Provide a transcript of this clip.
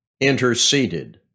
interceded